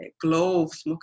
gloves